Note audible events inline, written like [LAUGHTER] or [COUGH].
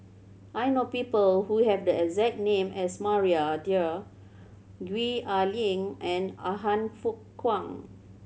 I know people who have the exact name as Maria Dyer Gwee Ah Leng and [UNINTELLIGIBLE] Han Fook Kwang